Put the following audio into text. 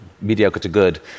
mediocre-to-good